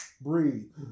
breathe